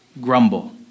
grumble